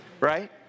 Right